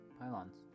Pylons